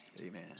Amen